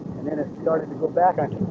and then it started to go back.